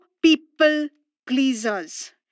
people-pleasers